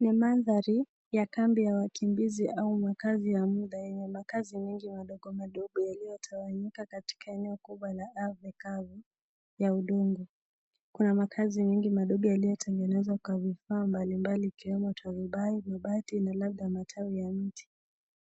Ni mandari ya kambi ya wakimbizi au makazi ya muda yenye makazi mengi madogo madogo yaliyo tawanyika karika eneo kubwa la vikavu ya udongo kuna mavazi mingi madogo yaliyo tengenezwa kwa vifaa mbalimbali ikiwemo tarubai mabati na labda matawi ya mti